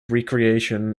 recreation